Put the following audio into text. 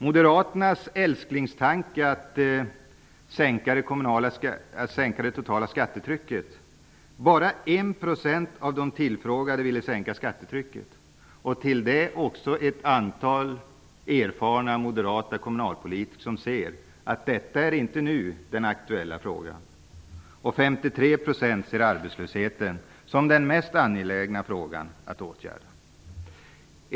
Moderaternas älsklingstanke är att sänka det totala skattetrycket. Bara 1 % av de tillfrågade ville sänka skattetrycket. Dessutom ansåg ett antal erfarna moderata kommunalpolitiker att detta inte var den nu aktuella frågan. 53 % såg arbetslösheten som den mest angelägna frågan att åtgärda.